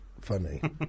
funny